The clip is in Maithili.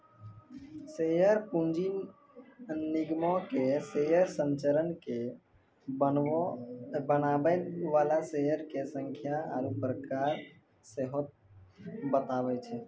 शेयर पूंजी निगमो के शेयर संरचना के बनाबै बाला शेयरो के संख्या आरु प्रकार सेहो बताबै छै